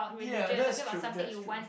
ya that's true that's true